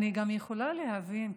אני גם יכולה להבין,